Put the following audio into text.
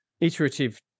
iterative